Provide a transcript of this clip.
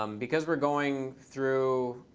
um because we're going through